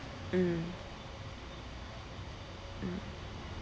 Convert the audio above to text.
mm